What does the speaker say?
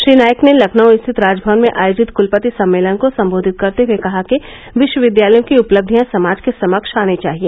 श्री नाईक ने लखनऊ स्थित राजभवन में आयोजित क़लपति सम्मेलन को सम्बोधित करते हुए कहा कि विष्वविद्यालयों की उपलब्धियां समाज के समक्ष आनी चाहिए